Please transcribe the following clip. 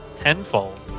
tenfold